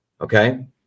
Okay